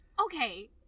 Okay